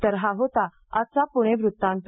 तर हा होता आजचा पुणे वृत्तांत